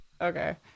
Okay